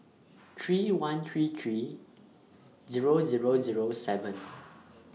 three one three three Zero Zero Zero seven